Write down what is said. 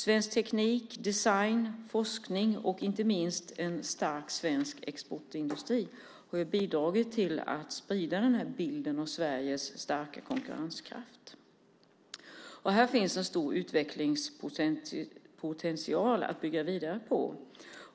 Svensk teknik, design, forskning och inte minst en stark svensk exportindustri har bidragit till att sprida bilden av Sveriges starka konkurrenskraft. Här finns en stor utvecklingspotential att bygga vidare på.